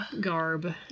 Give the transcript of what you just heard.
Garb